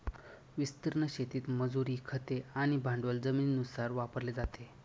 विस्तीर्ण शेतीत मजुरी, खते आणि भांडवल जमिनीनुसार वापरले जाते